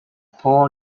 paul